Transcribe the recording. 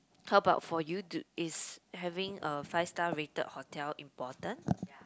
how about for you do is having a five star rated hotel important